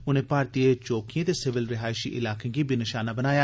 उनें भारतीय चौंकियें ते सिविल रिहाइशी इलाकें गी बी नशाना बनाया